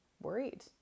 worried